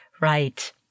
Right